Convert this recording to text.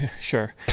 sure